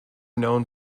known